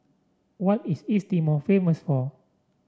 what is East Timor famous for